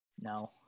No